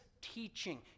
teaching